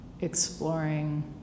exploring